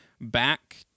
back